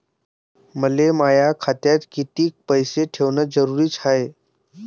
मले माया खात्यात कितीक पैसे ठेवण जरुरीच हाय?